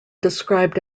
described